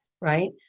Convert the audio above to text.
right